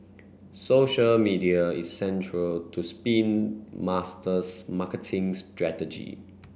social media is central to Spin Master's marketing strategy